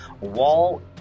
wall